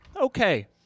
Okay